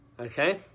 okay